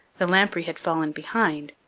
the lamprey had fallen behind,